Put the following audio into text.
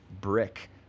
brick